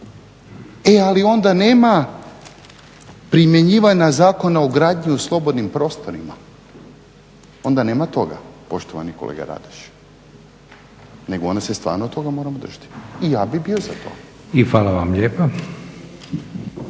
E ali onda nema primjenjivanja Zakona o gradnji u slobodnim prostorima, onda nema toga poštovani kolega Radoš nego onda se stvarno toga moramo držati. I ja bi bio za to. **Leko, Josip